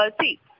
see